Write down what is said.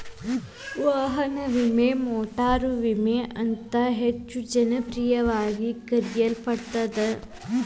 ವಾಹನ ವಿಮೆ ಮೋಟಾರು ವಿಮೆ ಅಂತ ಹೆಚ್ಚ ಜನಪ್ರಿಯವಾಗಿ ಕರೆಯಲ್ಪಡತ್ತ